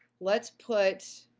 let's put.